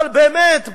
אבל באמת,